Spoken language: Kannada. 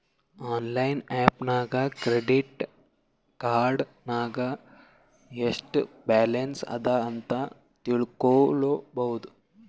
ಆನ್ಲೈನ್ ಆ್ಯಪ್ ನಾಗ್ ಕ್ರೆಡಿಟ್ ಕಾರ್ಡ್ ನಾಗ್ ಎಸ್ಟ್ ಬ್ಯಾಲನ್ಸ್ ಅದಾ ಅಂತ್ ತಿಳ್ಕೊಬೋದು